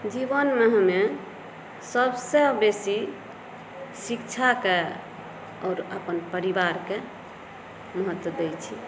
जीवनमे हमे सबसँ बेसी शिक्षाके आओर अपन परिवारके महत्व दै छी